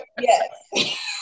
Yes